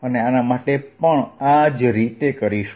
અને આના માટે પણ આ જ રીતે કરીશું